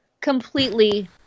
completely